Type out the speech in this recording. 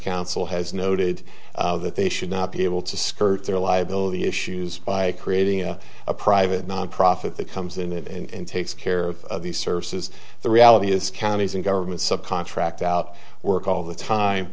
counsel has noted that they should not be able to skirt their liability issues by creating a private nonprofit that comes in and takes care of these services the reality is counties and governments subcontract out work all the time